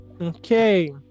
Okay